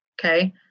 okay